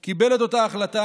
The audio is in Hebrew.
הוא קיבל את אותה החלטה,